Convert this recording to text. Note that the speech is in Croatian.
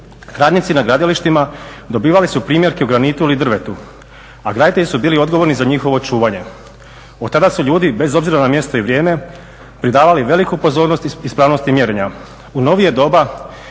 Radnici na gradilištima dobivali su primjerke u granitu ili drvetu, a graditelji su bili odgovorni za njihovo očuvanje. Otada su ljudi bez obzira na mjesto i vrijeme pridavali veliku pozornost ispravnosti mjerenja.